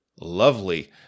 lovely